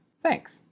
Thanks